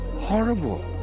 horrible